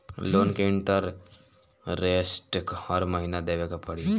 Loan के interest हर महीना देवे के पड़ी?